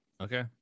Okay